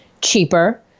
cheaper